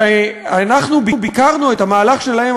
כשאנחנו ביקרנו את המהלך שלהם,